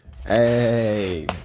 hey